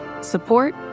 support